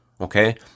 okay